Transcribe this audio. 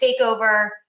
takeover